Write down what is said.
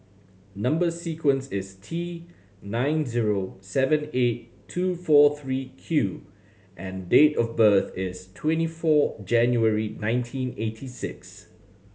number sequence is T nine zero seven eight two four three Q and date of birth is twenty four January nineteen eighty six